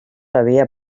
havia